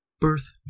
birth